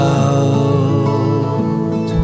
out